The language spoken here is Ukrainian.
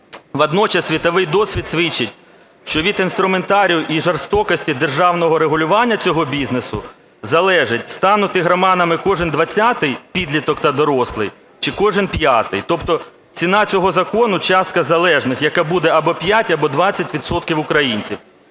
Водночас світовий досвід свідчить, що від інструментарію і жорстокості державного регулювання цього бізнесу залежить стануть ігроманами кожен двадцятий підліток та дорослий чи кожен п'ятий. Тобто ціна цього закону – частка залежних, яка буде або 5, або 20 відсотків